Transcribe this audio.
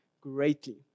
greatly